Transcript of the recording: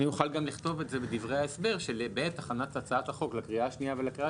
אוכל גם לכתוב בדברי ההסבר שבעת הכנת הצעת החוק לקריאה השנייה והשלישית